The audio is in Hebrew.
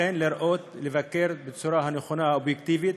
אכן לראות, לבקר בצורה הנכונה, האובייקטיבית,